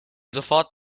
sofort